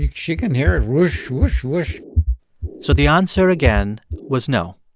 she can hear it whoosh, whoosh, whoosh so the answer again was no.